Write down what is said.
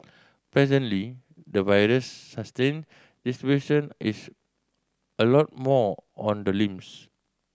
presently the virus sustain distribution is a lot more on the limbs